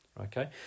okay